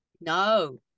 No